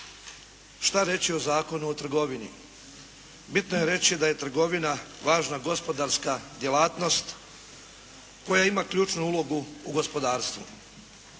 Što reći o Zakonu o trgovini? Bitno je reći da je trgovina važna gospodarska djelatnost koja ima ključnu ulogu u gospodarstvu.